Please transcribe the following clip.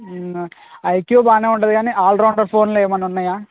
IQ బాగానే ఉంటుంది కానీ ఆల్ రౌండర్ ఫోన్లు ఏమైనా ఉన్నాయా